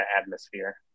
atmosphere